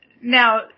now